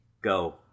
Go